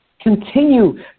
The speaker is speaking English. Continue